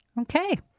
Okay